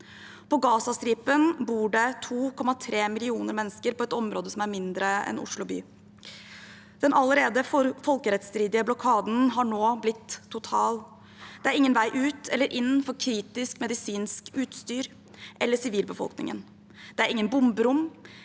På Gazastripen bor det 2,3 millioner mennesker på et område som er mindre enn Oslo by. Den allerede folkerettsstridige blokaden har nå blitt total. Det er ingen vei ut eller inn for kritisk medisinsk utstyr eller sivilbefolkningen. Det er ingen bomberom